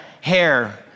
Hair